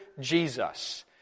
Jesus